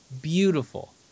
beautiful